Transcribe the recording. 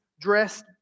dressed